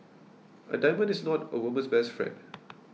a diamond is not a woman's best friend